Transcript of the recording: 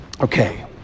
Okay